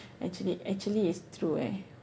actually actually is true eh